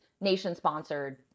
nation-sponsored